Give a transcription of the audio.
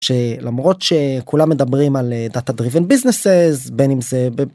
שלמרות שכולם מדברים על דאטא driven businesses בין אם זה...